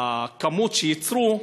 שהכמות שייצרו,